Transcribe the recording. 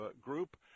group